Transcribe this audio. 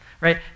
right